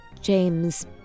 James